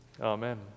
Amen